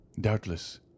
Doubtless